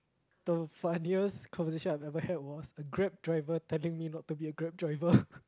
the funniest conversation I've ever had was a grab driver telling me not to be a grab driver